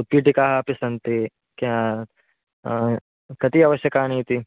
उत्पीठिका अपि सन्ति कति आवश्यकानि इति